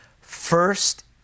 First